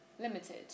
limited